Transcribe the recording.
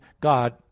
God